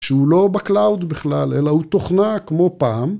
‫שהוא לא בקלאוד בכלל, ‫אלא הוא תוכנה כמו פעם.